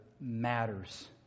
matters